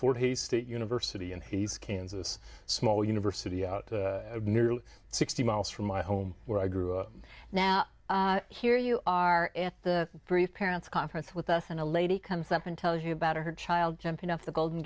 forty state university and he's kansas small university out of nearly sixty miles from my home where i grew up now here you are in the brief parents conference with us and a lady comes up and tell you about her child jumping off the golden